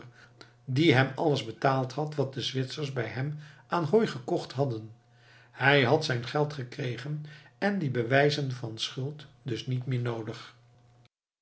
die hem alles betaald had wat de zwitsers bij hem aan hooi gekocht hadden hij had zijn geld gekregen en die bewijzen van schuld dus niet meer noodig